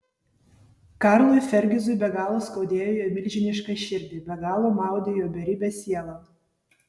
karlui fergizui be galo skaudėjo jo milžinišką širdį be galo maudė jo beribę sielą